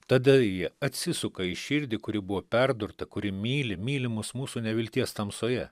tada jie atsisuka į širdį kuri buvo perdurta kuri myli myli mus mūsų nevilties tamsoje